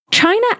China